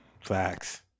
Facts